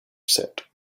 said